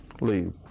Leave